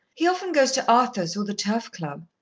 he often goes to arthur's or the turf club.